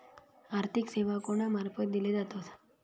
आर्थिक सेवा कोणा मार्फत दिले जातत?